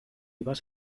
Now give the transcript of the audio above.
vas